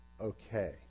okay